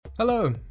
Hello